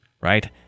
right